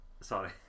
Sorry